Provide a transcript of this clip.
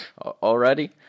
Already